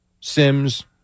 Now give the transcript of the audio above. Sims